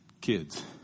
kids